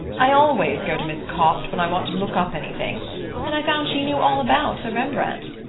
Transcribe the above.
i always go to miss copt when i want to look up anything and i found she knew all about the rembrandt.